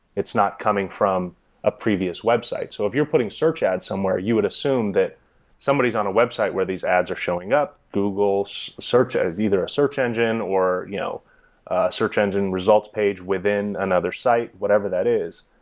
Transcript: it's not coming from a previous website. so if you're putting search ads somewhere, you would assume that somebody's on a website where these ads are showing up google so search, either a search engine or you know a search engine results page within another site, whatever that is.